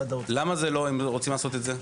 למה הם לא רוצים לעשות את זה?